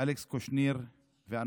אלכס קושניר ואנוכי.